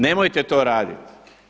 Nemojte to raditi.